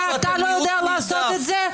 אולי אתה לא יודע לעשות את זה?